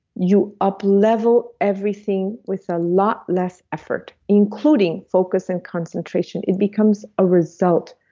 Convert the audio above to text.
you up level everything with a lot less effort including focus and concentration. it becomes a result,